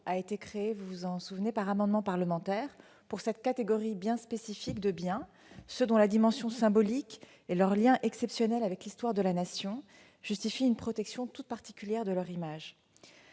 a été créée, par amendement parlementaire, pour cette catégorie spécifique de biens, dont la dimension symbolique, de par leur « lien exceptionnel avec l'histoire de la nation », justifie une protection toute particulière de leur image.